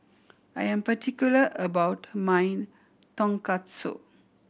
I am particular about my Tonkatsu